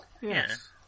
yes